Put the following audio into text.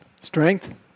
Strength